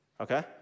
Okay